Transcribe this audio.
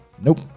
Nope